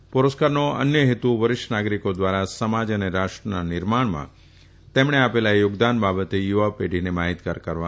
આ પુરસ્કારનો અન્ય હેતુ વરીષ્ઠ નાગરીકો ઘ્વારા સમાજ અને રાષ્ટ્રના નિર્માણમાં તેમણે આપેલા યોગદાન બાબતે યુવા પેઢીને માહિતગાર કરવાનો પણ છે